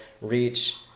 reach